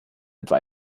etwa